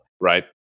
right